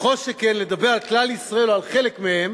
וכל שכן לדבר על כלל ישראל או על חלק מהם